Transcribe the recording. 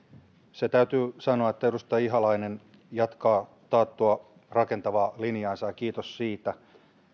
se täytyy sanoa että edustaja ihalainen jatkaa taattua rakentavaa linjaansa ja kiitos siitä